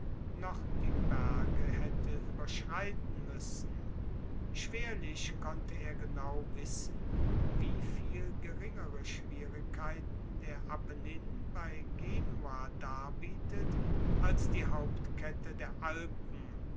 noch die berge haette ueberschreiten muessen schwerlich konnte er genau wissen wie viel geringere schwierigkeiten der apennin bei genua darbietet als die hauptkette der alpen